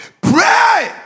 Pray